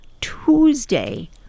Tuesday